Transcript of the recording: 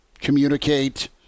communicate